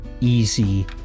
easy